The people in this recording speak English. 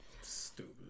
Stupid